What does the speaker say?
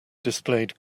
displayed